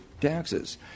taxes